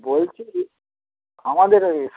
বলছি যে আমাদের ওই